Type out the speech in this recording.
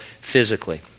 physically